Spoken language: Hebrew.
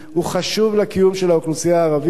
הוא חשוב לקיום של האוכלוסייה הערבית,